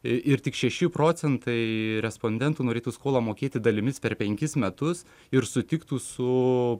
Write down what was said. ir tik šeši procentai respondentų norėtų skolą mokėti dalimis per penkis metus ir sutiktų su